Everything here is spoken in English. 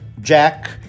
Jack